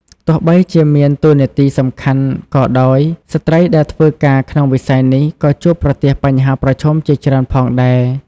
ទោះបីជាមានតួនាទីសំខាន់ក៏ដោយ ស្ត្រីដែលធ្វើការក្នុងវិស័យនេះក៏ជួបប្រទះបញ្ហាប្រឈមជាច្រើនផងដែរ។